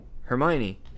Hermione